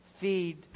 feed